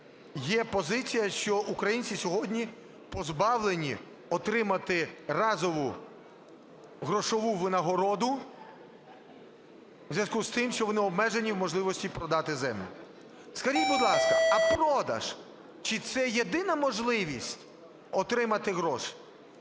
є позиція, що українці сьогодні позбавлені отримати разову грошову винагороду у зв'язку з тим, що вони обмежені в можливості продати землю. Скажіть, будь ласка, а продаж – чи це єдина можливість отримати гроші?